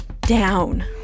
down